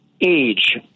age